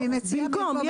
הם מציעים במקום.